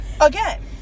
Again